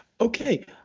Okay